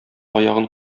аягын